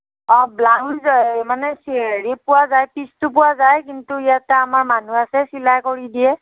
অঁ ব্লাউজ মানে হেৰি পোৱা যায় পিছটো পোৱা যায় কিন্তু আমাৰ ইয়াতে আমাৰ মানুহ আছে চিলাই কৰি দিয়ে